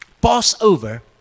Passover